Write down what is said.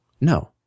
No